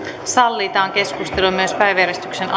sallitaan keskustelu myös päiväjärjestyksen